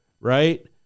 right